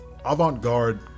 Avant-Garde